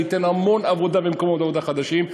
זה ייתן המון עבודה ומקומות עבודה חדשים,